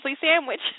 sandwich